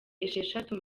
esheshatu